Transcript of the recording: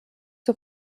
zur